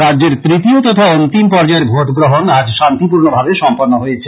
রাজ্যের তৃতীয় তথা অন্তিম পর্যায়ের ভোট গ্রহণ আজ শান্তিপূর্ণভাবে সম্পন্ন হয়েছে